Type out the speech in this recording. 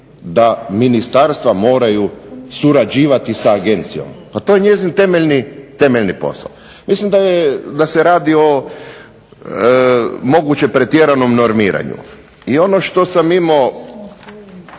da ministarstva moraju surađivati sa Agencijom, to je njezin temeljni posao. Mislim da se radi o moguće pretjeranom normiranju. I ono što sam imao